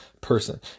person